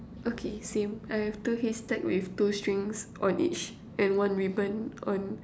okay same I have two hay stack with two strings on each and one ribbon on